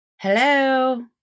Hello